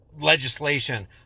legislation